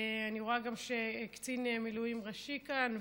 אני רואה גם את קצין המילואים הראשי כאן,